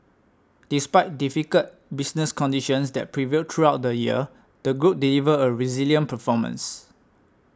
despite difficult business conditions that prevailed throughout the year the Group delivered a resilient performance